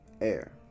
Air